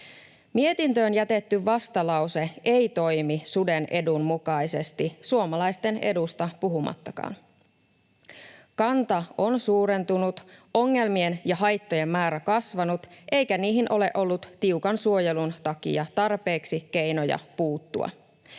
Mietintöön jätetty vastalause ei toimi suden edun mukaisesti, suomalaisten edusta puhumattakaan. Kanta on suurentunut ja ongelmien ja haittojen määrä kasvanut, eikä niihin ole ollut tiukan suojelun takia tarpeeksi keinoja puuttua.